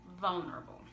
vulnerable